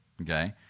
okay